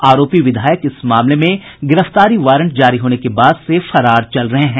आरोपी विधायक इस मामले में गिरफ्तारी वारंट जारी होने के बाद से फरार चल रहे हैं